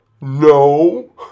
No